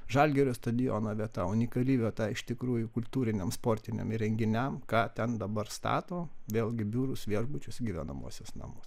žalgirio stadionio vieta unikali vieta iš tikrųjų kultūriniam sportiniam renginiam ką ten dabar stato vėlgi biurus viešbučius gyvenamuosius namus